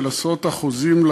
של עשרות אחוזים.